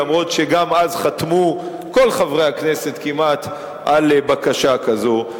אפילו שגם אז חתמו כל חברי הכנסת כמעט על בקשה כזאת,